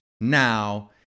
now